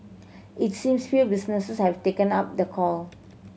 it seems few businesses have taken up the call